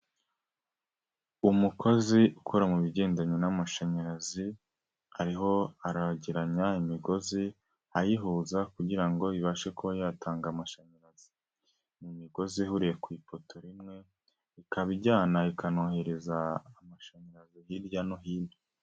Umukozi ukora mu bigendanye n'amashanyarazi ariho aregeranya imigozi, ayihuza kugira ngo ibashe kuba yatanga amashanyarazi. Ni imigozi ihuriye ku ipoto rimwe, ikaba ijyana ikanohereza amashanyarazi hirya no hino.